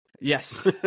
yes